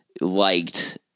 liked